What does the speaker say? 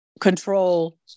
control